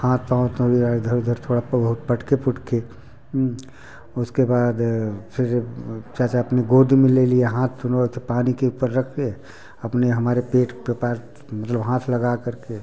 हाथ पाँव अपना इधर उधर थोड़ा पौ बहुत पटके पुटके उसके बाद फिर चाचा अपनी गोद में ले लिए हाथ थोड़ा सा पानी के ऊपर रख कर अपने हमारे पेट के पास मतलब हाथ लगा कर के